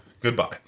goodbye